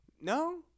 no